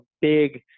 big